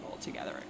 together